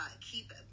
keep